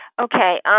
Okay